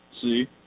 See